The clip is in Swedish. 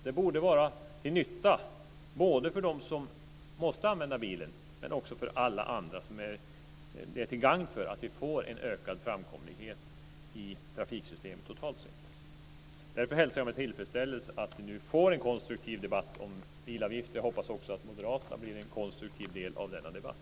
Det borde vara till nytta både för dem som måste använda bilen och för alla andra som det är till gagn för att vi får en ökad framkomlighet i trafiksystemet totalt sett. Därför hälsar jag med tillfredsställelse att vi nu får en konstruktiv debatt om bilavgifter. Jag hoppas också att moderaterna blir en konstruktiv del av denna debatt.